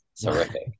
Terrific